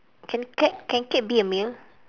can cake can cake be a meal